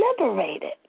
liberated